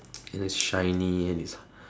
and it's shiny and it's